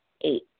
Eight